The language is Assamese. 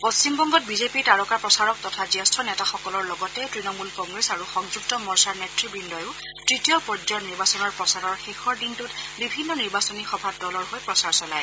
পশ্চিমবংগত বিজেপিৰ তাৰকা প্ৰচাৰক তথা জ্যেষ্ঠ নেতাসকলৰ লগতে ত্তণমূল কংগ্ৰেছ আৰু সংযুক্ত মৰ্চাৰ নেতৃব্দয়ো তৃতীয় পৰ্যায়ৰ নিৰ্বাচনৰ প্ৰচাৰৰ শেষৰ দিনটোত বিভিন্ন নিৰ্বাচনী সভাত দলৰ হৈ প্ৰচাৰ চলায়